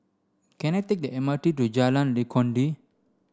can I take the M R T to Jalan Legundi